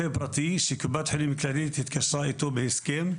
פרטי שקופת חולים כללית התקשרה איתו בהסכם,